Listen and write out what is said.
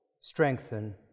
strengthen